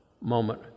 moment